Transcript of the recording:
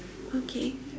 okay